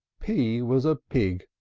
p was a pig,